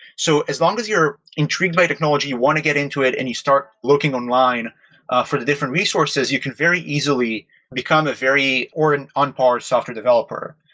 so as long as you're intrigued by technology, want to get into it and you start looking online for the different resources, you can very easily become a very or an on-par software developer.